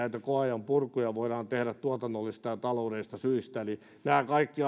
koeajan purkuja voidaan tehdä tuotannollisista ja taloudellisista syistä eli nämä kaikki